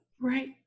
Right